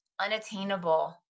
unattainable